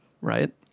right